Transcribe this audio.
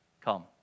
come